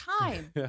time